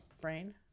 brain